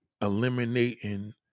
eliminating